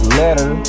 letter